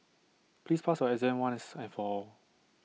please pass your exam once and for all